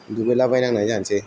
दुगैलाबायनांनाय जानोसै